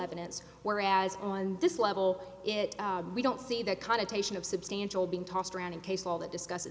evidence whereas on this level it we don't see the connotation of substantial being tossed around in case all that discusses